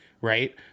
Right